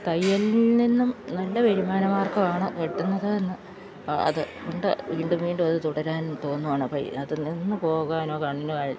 തയ്യലിൽ നിന്നും നല്ല വരുമാന മാർഗ്ഗമാണ് കിട്ടുന്നതെന്ന് അതുകൊണ്ട് വീണ്ടും വീണ്ടും അത് തുടരാൻ തോന്നുകയാണ് അപ്പോൾ അതിൽ നിന്ന് പോകാനോ കണ്ണിന് കാഴ്ച്ച